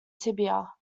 tibia